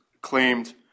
claimed